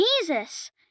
Jesus